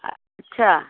अच्छा